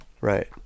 right